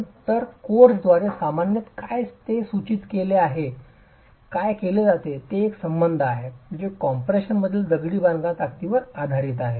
तर कोड्सद्वारे सामान्यत काय ते सूचित केले जाते ते एक संबंध आहे जे कॉम्प्रेशनमधील दगडी बांधकामाच्या ताकदीवर आधारित आहे